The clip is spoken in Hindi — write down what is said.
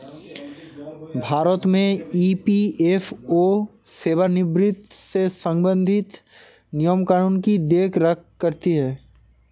भारत में ई.पी.एफ.ओ सेवानिवृत्त से संबंधित नियम कानून की देख रेख करती हैं